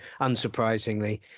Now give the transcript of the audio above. unsurprisingly